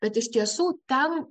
bet iš tiesų ten